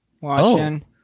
watching